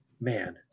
man